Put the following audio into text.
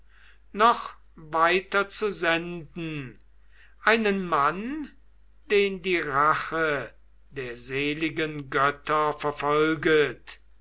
noch weiter zu senden einen mann den die rache der seligen götter verfolget